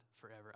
forever